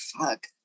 Fuck